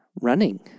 running